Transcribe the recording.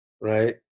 right